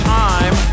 time